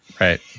Right